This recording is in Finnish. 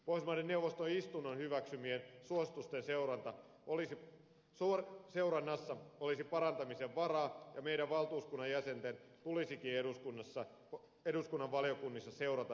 pohjoismaiden neuvoston istunnon hyväksymien suositusten seurannassa olisi parantamisen varaa ja meidän valtuuskunnan jäsenten tulisikin eduskunnan valiokunnissa seurata niiden etenemistä